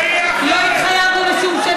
זה יהיה אחרת.